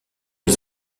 les